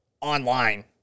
online